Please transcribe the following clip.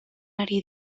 ari